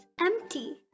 empty